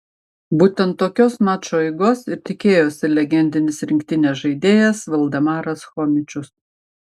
būtent tokios mačo eigos ir tikėjosi legendinis rinktinės žaidėjas valdemaras chomičius